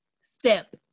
step